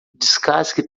descasque